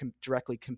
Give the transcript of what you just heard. directly